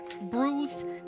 bruised